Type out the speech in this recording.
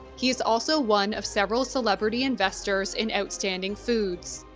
he is also one of several celebrity investors in outstanding foods,